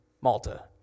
Malta